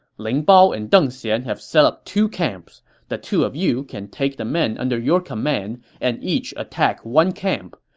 ling bao and deng xian have set up two camps. the two of you can take the men under your command and each attack one camp.